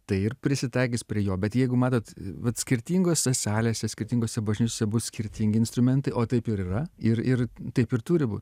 tai ir prisitaikys prie jo bet jeigu matot vat skirtingose salėse skirtingose bažnyčiose bus skirtingi instrumentai o taip ir yra ir ir taip ir turi būt